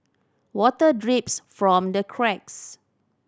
water drips from the cracks